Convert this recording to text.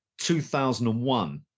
2001